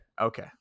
Okay